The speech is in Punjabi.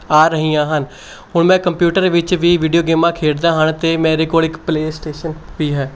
ਆ ਰਹੀਆਂ ਹਨ ਹੁਣ ਮੈਂ ਕੰਪਿਊਟਰ ਵਿੱਚ ਵੀ ਵੀਡੀਓ ਗੇਮਾਂ ਖੇਡਦਾ ਹਨ ਅਤੇ ਮੇਰੇ ਕੋਲ ਇੱਕ ਪਲੇਅ ਸਟੇਸ਼ਨ ਵੀ ਹੈ